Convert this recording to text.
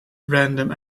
random